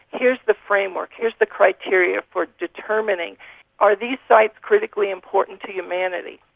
here's the framework, here's the criteria for determining are these sites critically important to humanity.